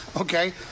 Okay